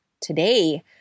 today